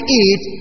eat